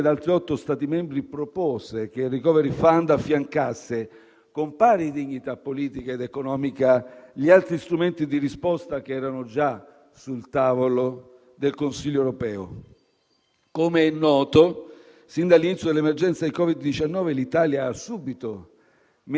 Come è noto, sin dall'inizio dell'emergenza del Covid-19, l'Italia ha subito messo in evidenza che la crisi nella quale l'intero continente era precipitato presentava caratteri di straordinaria gravità,